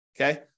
Okay